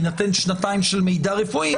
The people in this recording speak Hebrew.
בהינתן שנתיים של מידע רפואי,